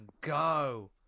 go